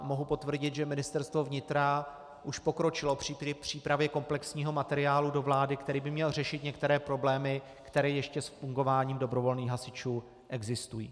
Mohu potvrdit, že Ministerstvo vnitra už pokročilo v přípravě komplexního materiálu do vlády, který by měl řešit některé problémy, které ještě s fungováním dobrovolných hasičů existují.